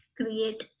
create